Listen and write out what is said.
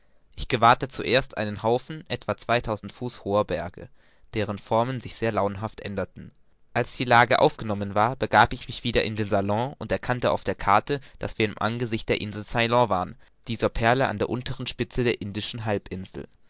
ich gewahrte zuerst einen haufen etwa zweitausend fuß hoher berge deren formen sich sehr launenhaft änderten als die lage aufgenommen war begab ich mich wieder in den salon und erkannte auf der karte daß wir im angesicht der insel ceylon waren dieser perle an der unteren spitze der indischen halbinsel